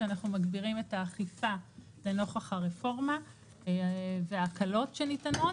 שאנחנו מגבירים את האכיפה לנוכח הרפורמה וההקלות שניתנות.